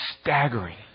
staggering